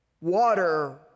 Water